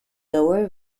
lower